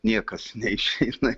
niekas neišeina